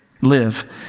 live